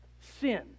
sin